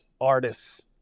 artists